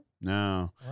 No